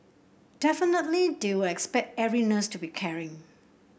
definitely they will expect every nurse to be caring